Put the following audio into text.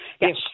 Yes